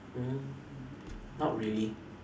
mm not really